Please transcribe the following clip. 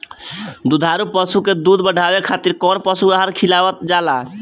दुग्धारू पशु के दुध बढ़ावे खातिर कौन पशु आहार खिलावल जाले?